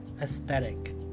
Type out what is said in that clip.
aesthetic